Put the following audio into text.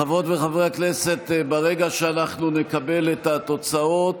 חברות וחברי הכנסת, ברגע שאנחנו נקבל את התוצאות